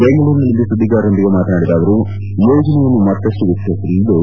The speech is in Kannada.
ಬೆಂಗಳೂರಿನಲ್ಲಿಂದು ಸುದ್ನಿಗಾರರೊಂದಿಗೆ ಮಾತನಾಡಿದ ಅವರು ಯೋಜನೆಯನ್ನು ಮತ್ತಷ್ಟು ವಿಸ್ತರಿಸಲಿದ್ದು